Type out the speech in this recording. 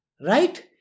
Right